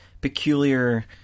peculiar